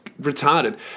retarded